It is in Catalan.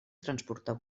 transportar